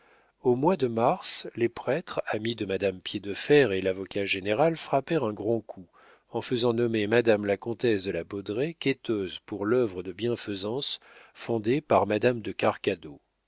au mois de mars les prêtres amis de madame piédefer et lavocat général frappèrent un grand coup en faisant nommer madame la comtesse de la baudraye quêteuse pour l'œuvre de bienfaisance fondée par madame de